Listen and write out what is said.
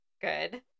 good